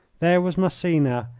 there was massena,